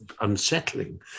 unsettling